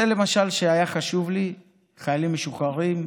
למשל, נושא שהיה חשוב לי, חיילים משוחררים.